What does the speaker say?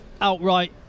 outright